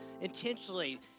intentionally